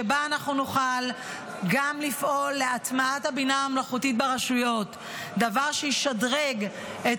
שאנחנו נוכל גם לפעול להטמעת הבינה המלאכותית ברשויות דבר שישדרג את